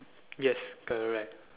yes correct